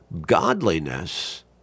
godliness